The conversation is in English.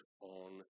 on